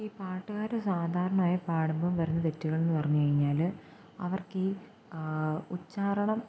ഈ പാട്ടുകാര് സാധാരണയായി പാടുമ്പോള് വരുന്ന തെറ്റുകളെന്ന് പറഞ്ഞുകഴിഞ്ഞാല് അവർക്കീ ഉച്ചാരണം